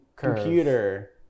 computer